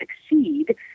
succeed